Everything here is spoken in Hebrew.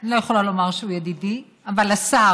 אני לא יכולה לומר שהוא ידידי, לשר